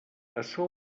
açò